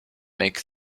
make